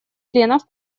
членов